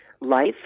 life